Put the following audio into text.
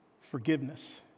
forgiveness